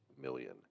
million